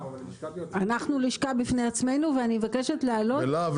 אנחנו לשכה בפני עצמנו ואני מבקשת להעלות